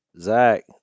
Zach